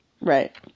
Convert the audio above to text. Right